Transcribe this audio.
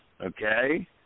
Okay